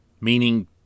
Meaning